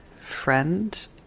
friend